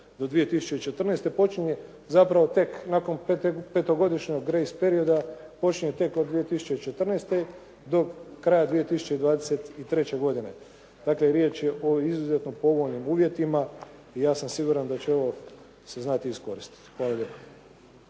do 2014. Počinje zapravo tek nakon petogodišnjeg greis perioda počinje tek od 2014. do kraja 2023. godine. Dakle, riječ je o izuzetno povoljnim uvjetima i ja sam siguran da će ovo se znati iskoristiti. Hvala lijepa.